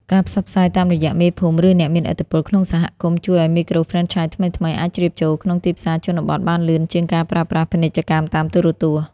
ការផ្សព្វផ្សាយតាមរយៈ "មេភូមិ ឬអ្នកមានឥទ្ធិពលក្នុងសហគមន៍" ជួយឱ្យមីក្រូហ្វ្រេនឆាយថ្មីៗអាចជ្រាបចូលក្នុងទីផ្សារជនបទបានលឿនជាងការប្រើប្រាស់ពាណិជ្ជកម្មតាមទូរទស្សន៍។